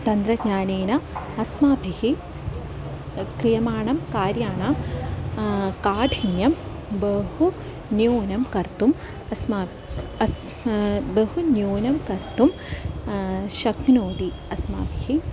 तन्त्रज्ञानेन अस्माभिः क्रियमाणं कार्याणां काठिन्यं बहु न्यूनं कर्तुम् अस्मा अस् बहु न्यूनं कर्तुं शक्नोति अस्माभिः